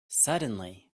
suddenly